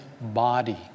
body